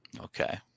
Okay